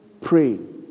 praying